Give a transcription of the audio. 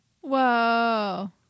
Whoa